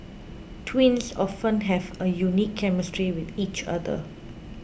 twins often have a unique chemistry with each other